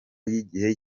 y’igihe